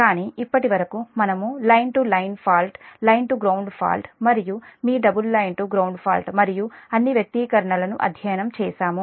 కాబట్టి ఇప్పటి వరకు మనము line to line fault line to ground fault మరియు మీ double line to ground fault మరియు అన్ని వ్యక్తీకరణలను అధ్యయనం చేసాము